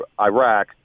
Iraq